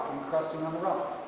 encrusted on the rock.